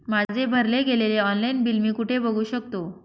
माझे भरले गेलेले ऑनलाईन बिल मी कुठे बघू शकतो?